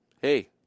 hey